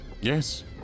Yes